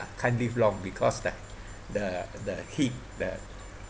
can't live long because the the the heat the